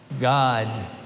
God